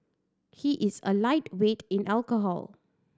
he is a lightweight in alcohol